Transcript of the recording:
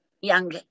young